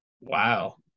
Wow